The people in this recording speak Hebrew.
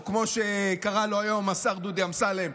או כמו שקרא לו היום השר דודי אמסלם,